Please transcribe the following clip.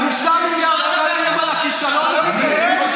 5 מיליארד שקלים עלה הכישלון הזה.